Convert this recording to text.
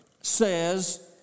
says